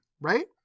Right